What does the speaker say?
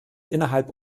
innerhalb